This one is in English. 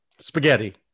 spaghetti